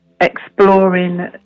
exploring